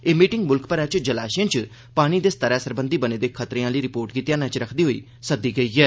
एह मीटिंग मुल्ख भरै च जलाशयें च पानी दे स्तरै सरबंधी बने दे खतरे आली रिपोर्ट गी ध्यानै च रक्खदे होई सद्दी गेई ऐ